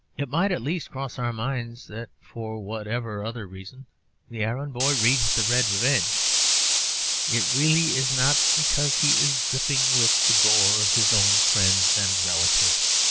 it might at least cross our minds that, for whatever other reason the errand-boy reads the red revenge it really is not because he is dripping with the gore of his own friends and relatives.